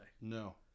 No